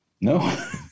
No